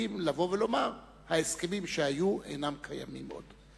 יכולים לבוא ולומר: ההסכמים שהיו אינם קיימים עוד.